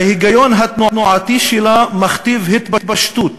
שההיגיון התנועתי שלה מכתיב התפשטות,